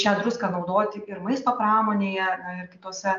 šią druską naudoti ir maisto pramonėje ir kitose